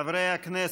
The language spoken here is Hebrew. חברי הכנסת,